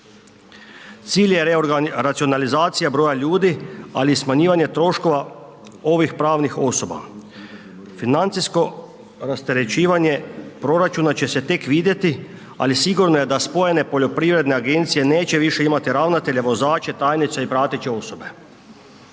Cilj je racionalizacija broja ljudi, ali i smanjivanje troškova ovih pravnih osoba. Financijsko rasterećivanje proračuna će se tek vidjeti, ali sigurno je da spojene poljoprivredne agencije neće više imati ravnatelje, vozače, tajnice i prateće osobe.